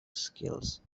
skills